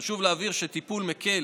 חשוב להבהיר שטיפול מקל